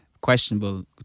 Questionable